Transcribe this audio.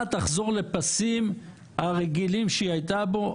תחזור לפסים הרגיל שהיא הייתה בהם,